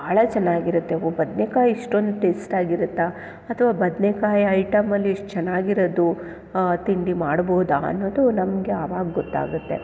ಭಾಳ ಚೆನ್ನಾಗಿರುತ್ತೆ ಓ ಬದನೇಕಾಯ್ ಇಷ್ಟೊಂದು ಟೇಸ್ಟಾಗಿರುತ್ತಾ ಅಥವಾ ಬದನೇಕಾಯ್ ಐಟಮಲ್ಲಿ ಇಷ್ಟು ಚೆನ್ನಾಗಿರೋದು ತಿಂಡಿ ಮಾಡ್ಬೋದಾ ಅನ್ನೋದು ನಮಗೆ ಆವಾಗ ಗೊತ್ತಾಗುತ್ತೆ